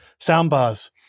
soundbars